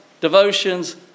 devotions